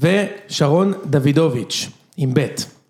‫ושרון דבידוביץ', עם ב׳.